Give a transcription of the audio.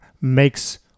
makes